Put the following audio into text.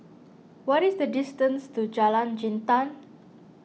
what is the distance to Jalan Jintan